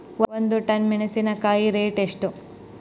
ಒಂದು ಟನ್ ಮೆನೆಸಿನಕಾಯಿ ರೇಟ್ ಎಷ್ಟು?